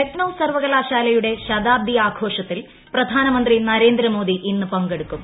ലക്നൌ സർവകലാശാലയുടെ ശതാബ്ദി ആഘോഷത്തിൽ പ്രധാനമന്ത്രി നരേന്ദ്രമോദി ഇന്ന് പങ്കെടുക്കും